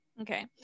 Okay